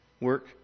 Work